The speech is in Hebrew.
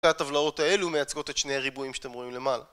שתי הטבלאות האלו מייצגות את שני הריבועים שאתם רואים למעלה